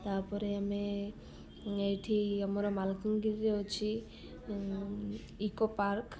ତା'ପରେ ଆମେ ଏଇଠି ଆମର ମାଲକାନଗିରିରେ ଅଛି ଇକୋ ପାର୍କ